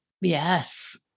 Yes